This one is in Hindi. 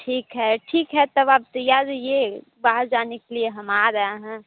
ठीक है ठीक है तब आप तैयार रहिए बाहर जाने के लिए हम आ रहे हैं